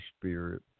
spirit